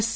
yes